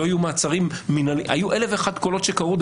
היו המון קולות רבים שקראו,